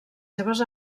seves